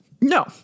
no